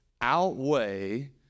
outweigh